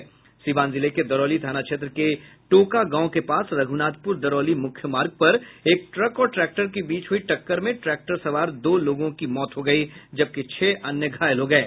सीवान जिले के दरौली थाना क्षेत्र के टोका गांव के पास रघुनाथनपुर दरौली मुख्य मार्ग पर एक ट्रक और ट्रैक्टर के बीच हुयी टक्कर में ट्रैक्टर सवार दो लोगों की मौत हो गयी जबकि छह अन्य घायल हो गये